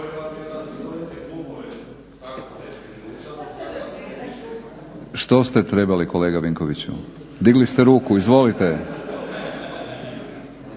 Hvala vam